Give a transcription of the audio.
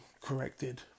corrected